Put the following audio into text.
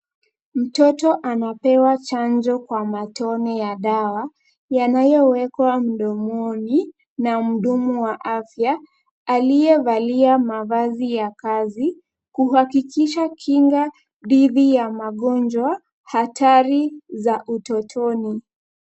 Mtoto anapewa chanjo kwa matone ya dawa yanayowekwa mdomoni na mhudumu wa afya aliyevalia mavazi ya kazi kuhakikisha kinga dhidi ya magonjwa hatari za utotoni.